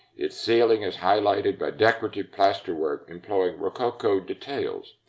its ceiling is highlighted by decorative plasterwork, employing rococo details.